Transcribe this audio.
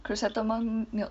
chrysanthemum milk